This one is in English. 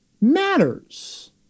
matters